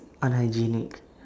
unhygienic